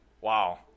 Wow